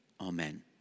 Amen